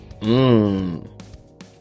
Mmm